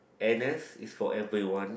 n_s is for everyone